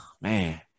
man